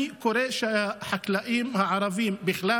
אני קורא לכך שהחקלאים הערבים בכלל